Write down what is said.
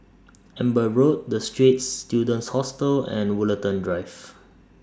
Amber Road The Straits Students Hostel and Woollerton Drive